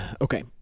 okay